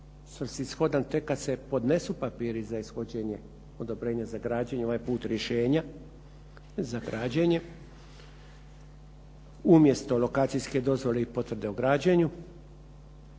svrsishodan tek kad se podnesu papiri za ishođenje odobrenja za građenje, ovaj put rješenja za građenje umjesto lokacijske dozvole i potvrde o građenju.